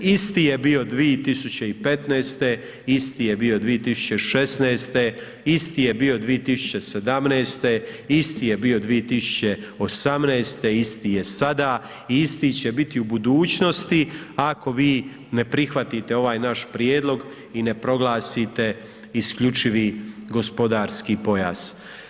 Isti je bio 2015., isti je bio 2016., isti je bio 2017., isti je bio 2018., isti je sada i isti će biti u budućnosti ako vi ne prihvatite ovaj naš prijedlog i ne proglasite isključivi gospodarski pojas.